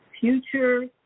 future